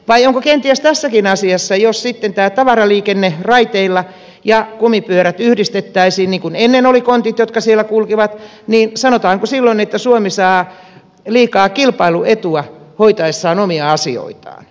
vai onko kenties tässäkin asiassa niin että jos sitten tämä tavaraliikenne raiteilla ja kumipyörät yhdistettäisiin niin kuin ennen oli kontit jotka siellä kulkivat sanotaanko silloin että suomi saa liikaa kilpailuetua hoitaessaan omia asioitaan